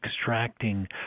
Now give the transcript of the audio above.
extracting